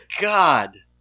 God